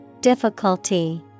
Difficulty